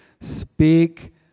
Speak